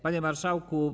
Panie Marszałku!